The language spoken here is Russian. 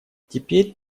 теперь